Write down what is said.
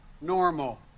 normal